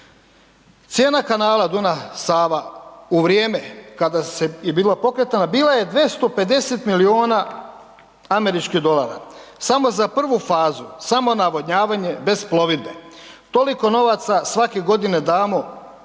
Cijena kanala Dunav – Sava u vrijeme kada je bila … /ne razumije se/ bila je 250 milijuna američkih dolara samo za prvu fazu samo navodnjavanje bez plovidbe. Toliko novaca svake godine damo